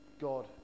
God